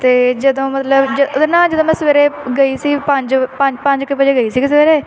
ਅਤੇ ਜਦੋਂ ਮਤਲਬ ਜ ਉਦੋਂ ਨਾ ਜਦੋਂ ਮੈਂ ਸਵੇਰੇ ਗਈ ਸੀ ਪੰਜ ਪੰ ਪੰਜ ਕੁ ਵਜੇ ਗਈ ਸੀਗੀ ਸਵੇਰੇ